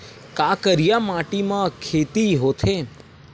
का करिया माटी म खेती होथे?